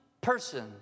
person